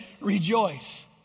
Rejoice